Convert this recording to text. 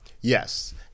Yes